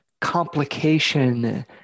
complication